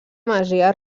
masia